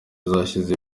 zashyize